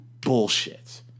bullshit